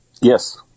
Yes